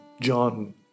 John